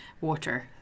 water